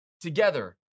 together